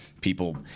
people